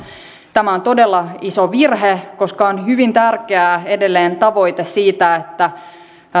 tämä on todella iso virhe koska on hyvin tärkeä edelleen tavoite siitä että